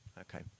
Okay